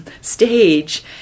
stage